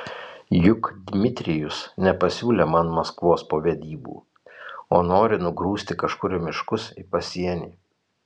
juk dmitrijus nepasiūlė man maskvos po vedybų o nori nugrūsti kažkur į miškus į pasienį